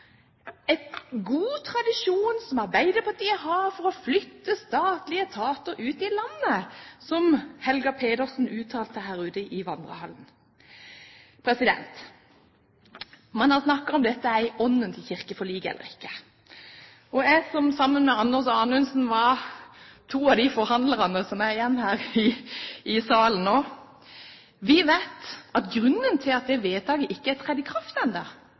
god tradisjon Arbeiderpartiet har for å flytte statlige etater ut i landet, som Helga Pedersen uttalte det her ute i vandrehallen. Man har snakket om dette er i ånden til kirkeforliket eller ikke. Jeg, som sammen med Anders Anundsen var to av de forhandlerne som er igjen her i salen nå, vet at grunnen til at det vedtaket ikke er trådt i kraft